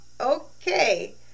okay